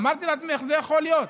אמרתי לעצמי: איך זה יכול להיות?